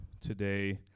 today